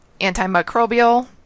antimicrobial